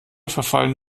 verfallen